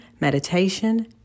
meditation